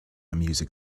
music